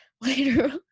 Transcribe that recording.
later